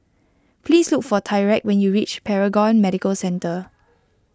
please look for Tyreke when you reach Paragon Medical Centre